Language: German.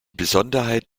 besonderheit